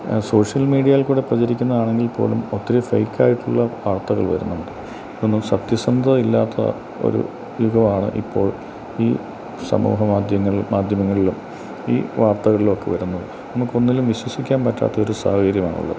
social മീഡിയയിൽ കൂടി പ്രചരിപ്പിക്കുന്നതാണെങ്കിൽ പോലും ഒത്തിരി ഫെയ്ക്ക് ആയിട്ടുള്ള വാർത്തകൾ വരുന്നുണ്ട് അതൊന്നും സത്യസന്ധതയില്ലാത്ത ഒരു യുഗമാണ് ഇപ്പോൾ ഈ സമൂഹ മാധ്യ മാധ്യമങ്ങളിലും ഈ വാർത്തകളിൽ ഒക്കെ വരുന്നത് നമുക്ക് ഒന്നിലും വിശ്വസിക്കാൻ പറ്റാത്ത ഒരു സാഹചര്യമാണ് ഉള്ളത്